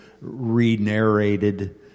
re-narrated